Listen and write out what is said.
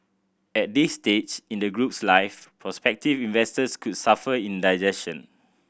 at this stage in the group's life prospective investors could suffer indigestion